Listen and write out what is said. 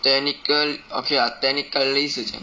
techinical~ ok lah techinically 是这样